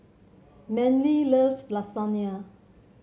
Manly loves Lasagna